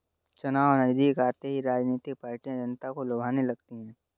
चुनाव नजदीक आते ही राजनीतिक पार्टियां जनता को लुभाने लगती है